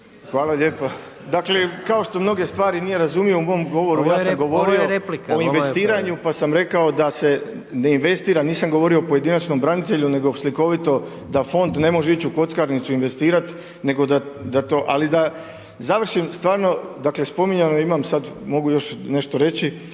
… …/Upadica predsjednik: Ovo je replika, ovo je replika…/… … o investiranju pa sam rekao da se ne investira, nisam govorio o pojedinačnom branitelju nego slikovito da fond ne može ići u kockarnicu investirati nego da to. Ali da završim stvarno, dakle spominjano je imam sada, mogu još nešto reći,